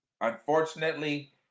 Unfortunately